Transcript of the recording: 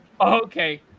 Okay